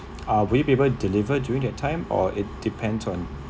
uh will you be able to deliver during that time or it depends on